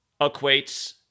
equates